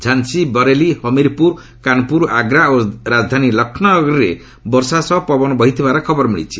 ଝାନ୍ସୀ ବରେଲି ହମିରପୁର କାନପୁର ଆଗ୍ରା ଓ ରାଜଧାନୀ ଲକ୍ଷ୍ମୌନଗରୀରେ ବର୍ଷା ସହ ପବନ ବହିଥିବାର ଖବର ମିଳିଛି